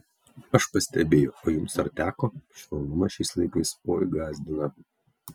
aš pastebėjau o jums ar teko švelnumas šiais laikais oi gąsdina